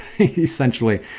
essentially